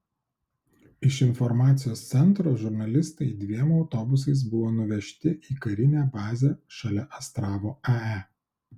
iš informacijos centro žurnalistai dviem autobusais buvo nuvežti į karinę bazę šalia astravo ae